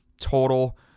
total